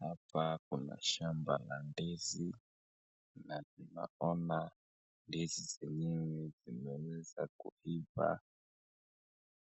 Hapa kuna shamba la ndizi na tunaona ndizi zenyewe zimeweza kuiva